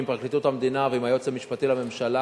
עם פרקליטות המדינה ועם היועץ המשפטי לממשלה,